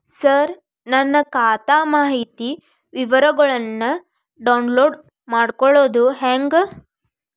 ಸರ ನನ್ನ ಖಾತಾ ಮಾಹಿತಿ ವಿವರಗೊಳ್ನ, ಡೌನ್ಲೋಡ್ ಮಾಡ್ಕೊಳೋದು ಹೆಂಗ?